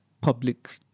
public